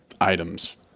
items